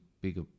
bigger